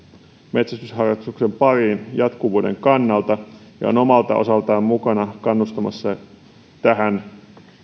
metsästysharrastuksen pariin jatkuvuuden kannalta ja on omalta osaltaan mukana kannustamassa tähän